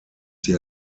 sie